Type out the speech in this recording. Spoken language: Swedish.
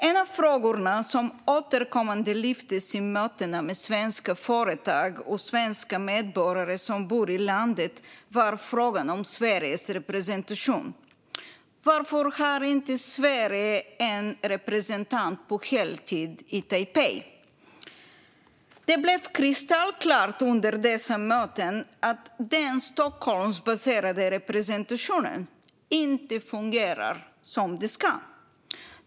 En av frågorna som återkommande lyftes fram vid mötena med svenska företag och svenska medborgare som bor i landet var frågan om Sveriges representation. Varför har Sverige inte en representant på heltid i Taipei? Det blev kristallklart under dessa möten att den Stockholmsbaserade representationen inte fungerar som den ska.